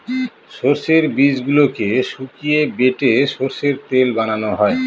সর্ষের বীজগুলোকে শুকিয়ে বেটে সর্ষের তেল বানানো হয়